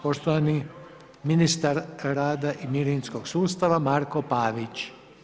Poštovani ministar rada i mirovinskog sustava Marko Pavić.